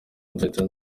nzahita